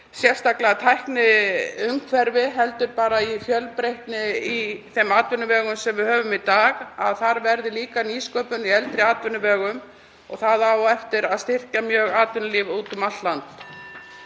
sérstöku tækniumhverfi heldur líka með fjölbreytni í þeim atvinnuvegum sem við höfum í dag, að það verði einnig nýsköpun í eldri atvinnuvegum. Það á eftir að styrkja mjög atvinnulíf úti um allt land.